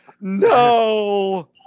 No